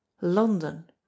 London